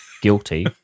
guilty